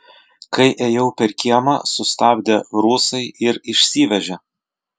kai ėjau per kiemą sustabdė rusai ir išsivežė